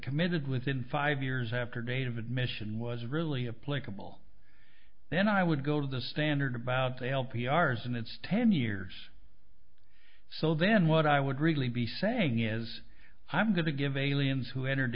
committed within five years after date of admission was really a political then i would go to the standard about the lp r s and it's ten years so then what i would really be saying is i'm going to give aliens who entered